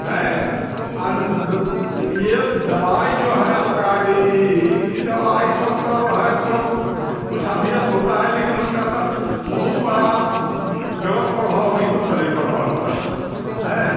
हैं ये दवाई जो है आपका ये ये दवाई सब सब है तुरंत कुछ आभियत होता है लेकिन उसका तो बहुत बड़ा गलत प्रभाव भी तो शरीर पर पड़ता है हैं